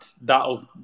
that'll